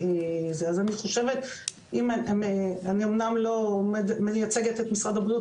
אני אמנם לא מייצגת את משרד הבריאות,